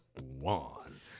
one